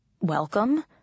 welcome